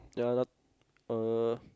yeah not~ uh